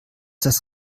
das